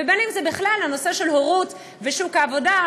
ובין אם זה בכלל בנושא של הורות ושוק העבודה,